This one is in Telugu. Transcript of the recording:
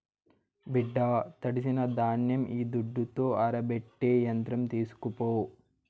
బిడ్డా తడిసిన ధాన్యం ఈ దుడ్డుతో ఆరబెట్టే యంత్రం తీస్కోపో